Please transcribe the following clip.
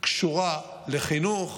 קשורה לחינוך,